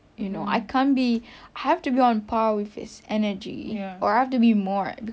you know I can't be I have to be on par with his energy or I have to be more cause